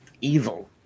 evil